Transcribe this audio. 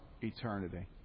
eternity